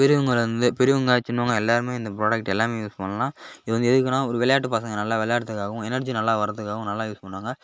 பெரியவங்கள்லருந்து பெரியவங்க சின்னவங்க எல்லோருமே இந்த ப்ராடக்ட் எல்லோருமே யூஸ் பண்ணலாம் இது வந்து எதுக்குனால் ஒரு விளையாட்டு பசங்கள் நல்லா விளையாடுறதுக்காகவும் எனர்ஜி நல்லா வரதுக்காகவும் நல்லா யூஸ் பண்ணுவாங்க